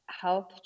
health